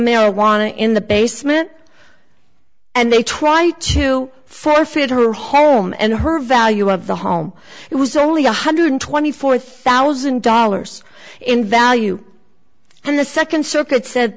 marijuana in the basement and they try to forfeit her home and her value of the home it was only one hundred twenty four thousand dollars in value and the second circuit said